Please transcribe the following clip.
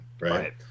Right